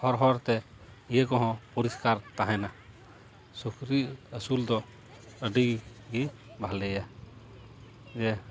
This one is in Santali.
ᱦᱚᱨ ᱦᱚᱨ ᱛᱮ ᱤᱭᱟᱹ ᱠᱚᱦᱚᱸ ᱯᱚᱨᱤᱥᱠᱟᱨ ᱛᱟᱦᱮᱱᱟ ᱥᱩᱠᱨᱤ ᱟᱹᱥᱩᱞ ᱫᱚ ᱟᱹᱰᱤᱜᱮ ᱵᱷᱟᱞᱮᱭᱟ ᱡᱮ